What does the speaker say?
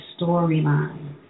storyline